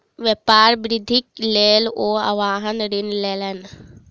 व्यापार वृद्धि के लेल ओ वाहन ऋण लेलैन